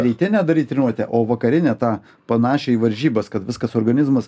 ryte nedaryt treniruotę o vakarinę tą panašią į varžybas kad viskas organizmas